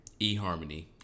eHarmony